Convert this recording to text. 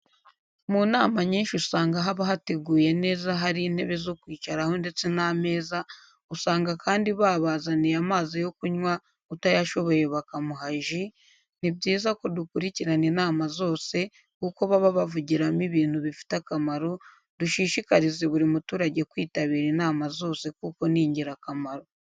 Mu nama nyinshi usanga haba hateguye neza hari intebe zo kwicaraho ndetse n'ameza, usanga kandi babazaniye amazi yo kunywa utayashoboye bakamuha ji, ni byiza ko dukurikirana inama zose kuko baba bavugiramo ibintu bifite akamaro, dushishikarize buri muturage kwitabira inama zose kuko ni ingirakamaro.